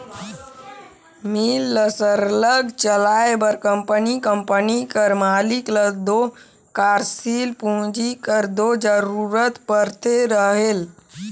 मील ल सरलग चलाए बर कंपनी कंपनी कर मालिक ल दो कारसील पूंजी कर दो जरूरत परते रहेल